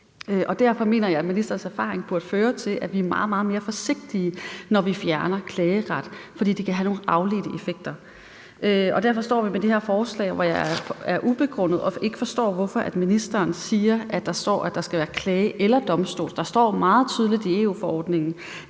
og derfor mener jeg, at ministerens erfaring burde føre til, at vi er meget, meget mere forsigtige, når vi fjerner klageret, fordi det kan have nogle afledte effekter. Derfor står vi nu med det her forslag, hvor jeg føler det ubegrundet og ikke forstår, hvorfor ministeren siger, at der skal være klageadgang eller domstolsprøvelse. Der står meget tydeligt i EU-forordningen,